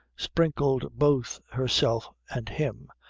sprinkled both herself and him,